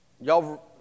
Y'all